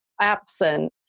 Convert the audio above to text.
absent